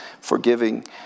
forgiving